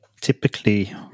typically